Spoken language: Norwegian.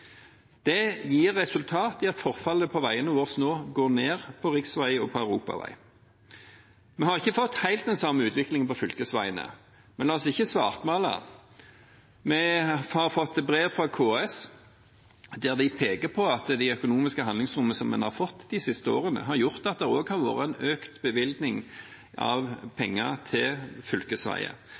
Det gir seg resultat i at forfallet på veiene våre nå går ned på riksveier og på europaveier. Vi har ikke fått helt den samme utviklingen på fylkesveiene, men la oss ikke svartmale. Vi har fått brev fra KS der de peker på at det økonomiske handlingsrommet som en har fått de siste årene, har gjort at det også har vært en økt bevilgning av penger til fylkesveier,